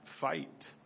fight